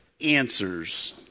answers